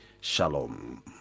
Shalom